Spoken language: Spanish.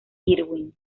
irwin